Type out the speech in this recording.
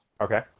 Okay